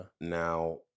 Now